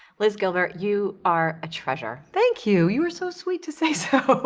liz gilbert, you are a treasure. thank you. you are so sweet to say so.